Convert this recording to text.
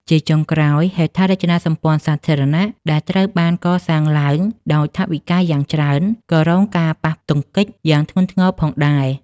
ជាចុងក្រោយ ហេដ្ឋារចនាសម្ព័ន្ធសាធារណៈដែលត្រូវបានកសាងឡើងដោយថវិកាយ៉ាងច្រើន ក៏រងការប៉ះទង្គិចយ៉ាងខ្លាំងផងដែរ។